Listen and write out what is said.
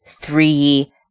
three